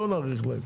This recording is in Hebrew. לא נאריך להם.